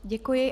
Děkuji.